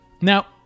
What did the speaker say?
Now